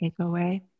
takeaway